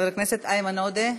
חבר הכנסת איימן עודה,